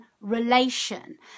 relation